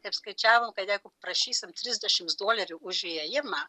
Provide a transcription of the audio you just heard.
apskaičiavo kad jeigu prašysim trisdešimt dolerių už įėjimą